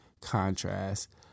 contrast